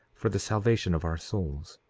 for the salvation of our souls.